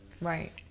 Right